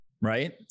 right